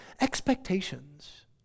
Expectations